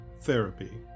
therapy